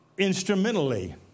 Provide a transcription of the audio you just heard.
Instrumentally